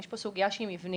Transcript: יש פה סוגייה שהיא מבנית,